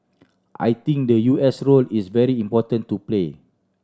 I think the U S role is very important to play